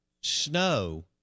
snow